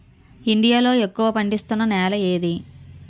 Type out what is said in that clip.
India లో ఎక్కువ పండిస్తున్నా నేల ఏది?